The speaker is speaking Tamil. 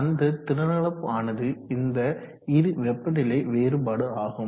அந்த திறனிழப்பு ஆனது இந்த இரு வெப்பநிலை வேறுபாடு ஆகும்